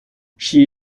she